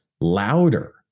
louder